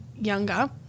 younger